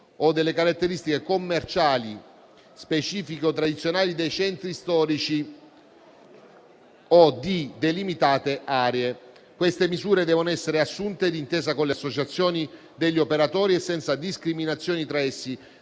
o delle caratteristiche commerciali, specifiche o tradizionali, dei centri storici o di delimitate aree. Queste misure devono essere assunte d'intesa con le associazioni degli operatori e senza discriminazioni tra essi,